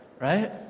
Right